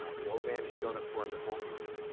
ah the old man has shown up for him the whole movie.